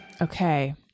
Okay